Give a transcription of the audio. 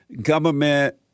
Government